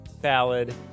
ballad